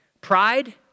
Pride